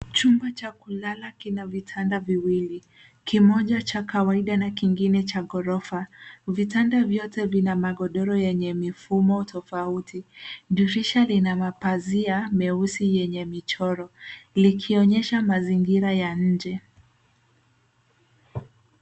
Chumba cha kulala kina vitanda viwili, kimoja cha kawaida na kingine cha ghorofa. Vitanda vyote vina magodoro yenye mifumo tofauti. Dirisha lina mapazia meusi yenye michoro, likionyesha mazingira ya nje.